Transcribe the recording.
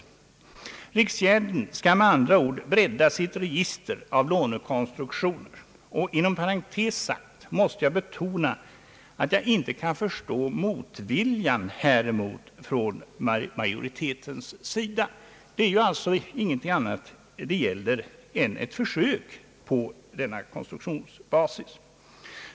Riksgäldskontoret skall med andra ord bredda sitt register av lånekonstruktioner. I detta sammanhang måste jag betona, att jag inte kan förstå motviljan häremot från majoritetens sida. Vad det här gäller är ju ingenting annat än ett försök på denna konstruktionsbasis.